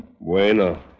Bueno